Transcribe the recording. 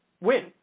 win